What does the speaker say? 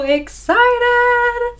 excited